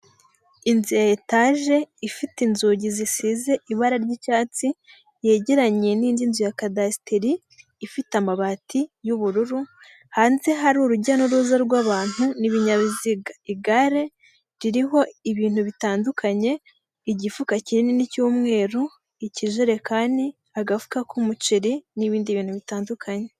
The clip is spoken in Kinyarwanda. Inzu ya etage ifite inzugi zisize ibara ry'icyatsi yegeranye n'indi nzu ya kadasteri ifite amabati y'ubururu hanze hari urujya n'uruza rw'abantu n'ibinyabiziga, igare ririho ibintu bitandukanye, igifuka kinini cy'umweru, ikijerekani, agafuka k'umuceri n'ibindi bintu bitandukanye.